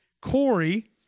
Corey